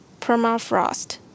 permafrost